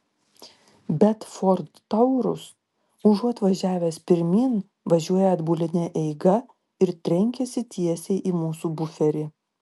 bet ford taurus užuot važiavęs pirmyn važiuoja atbuline eiga ir trenkiasi tiesiai į mūsų buferį